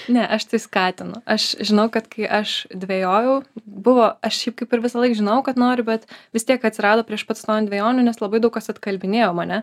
ne aš tai skatinu aš žinau kad kai aš dvejojau buvo aš šaip kaip ir visąlaik žinojau kad noriu bet vis tiek atsirado prieš pat stojant dvejonių nes labai daug kas atkalbinėjo mane